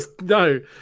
No